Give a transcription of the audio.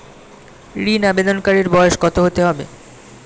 ঋন আবেদনকারী বয়স কত হতে হবে?